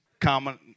common